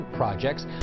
projects